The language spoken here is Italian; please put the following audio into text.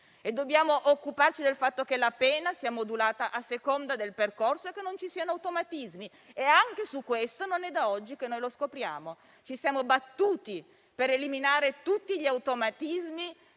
delle carceri e del fatto che la pena sia modulata a seconda del percorso e che non ci siano automatismi. Anche questo non è da oggi che lo scopriamo. Ci siamo battuti per eliminare tutti gli automatismi